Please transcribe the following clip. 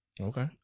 Okay